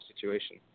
situation